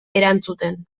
erantzuten